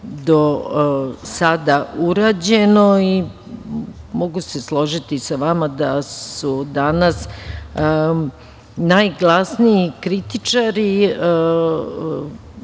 do sada urađeno. Mogu se složiti sa vama da su danas najglasniji kritičari